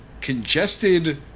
congested